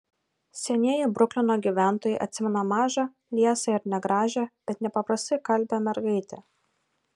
senieji bruklino gyventojai atsimena mažą liesą ir negražią bet nepaprastai kalbią mergaitę